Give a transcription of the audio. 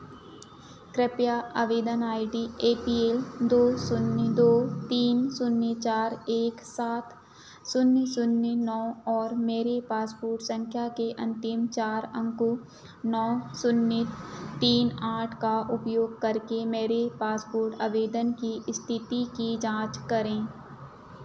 कृपया आवेदन I D A P L दो शून्य दो तीन शून्य चार एक सात शून्य शून्य नौ और मेरी पासपोर्ट संख्या के अंतिम चार अंकों नौ शून्य तीन आठ का उपयोग करके मेरे पासपोर्ट आवेदन की स्थिति की जांच करें